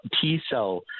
T-cell